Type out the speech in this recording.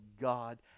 God